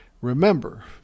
Remember